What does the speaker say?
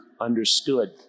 understood